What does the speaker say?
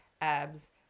abs